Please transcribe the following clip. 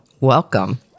welcome